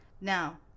Now